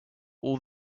all